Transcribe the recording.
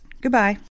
Goodbye